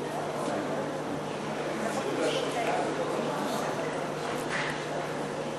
יש לך אפשרות לנצל אותה.